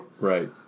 right